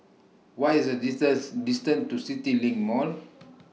What IS The Disease distance to CityLink Mall